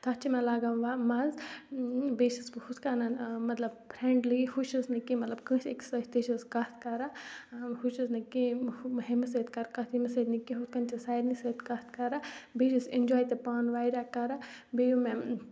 تَتھ چھِ مےٚ لَگان وَ مَزٕ بیٚیہِ چھَس بہٕ ہُتھ کَنۍ مطلب فرٛٮ۪نٛڈلی ہُہ چھَس نہٕ کہِ مطلب کٲنٛسی أکِس سۭتۍ تہِ چھَس کَتھ کَران ہُہ چھَس نہٕ کینٛہہ ہُہ ۂمِس سۭتۍ کَرٕ کَتھ یٔمِس سۭتۍ نہٕ کینٛہہ ہُتھ کٔنۍ چھَس سارنی سۭتۍ کَتھ کَران بیٚیہِ چھَس اِنجاے تہِ پانہٕ واریاہ کَران بیٚیہِ یِم مےٚ